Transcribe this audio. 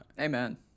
amen